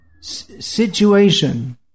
situation